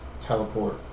teleport